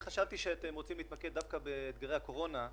חשבתי שאתם רוצים להתמקד דווקא בהיבטי הקורונה,